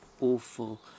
awful